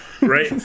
Right